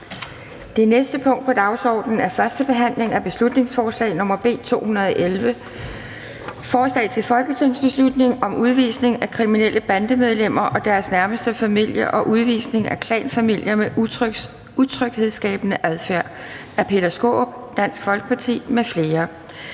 Det næste punkt på dagsordenen er: 9) 1. behandling af beslutningsforslag nr. B 211: Forslag til folketingsbeslutning om udvisning af kriminelle bandemedlemmer og deres nærmeste familie og udvisning af klanfamilier med utryghedsskabende adfærd. Af Peter Skaarup (DF) m.fl.